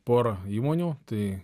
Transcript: porą įmonių tai